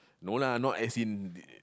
no lah not as in